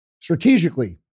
strategically